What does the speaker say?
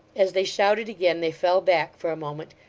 as they shouted again, they fell back, for a moment,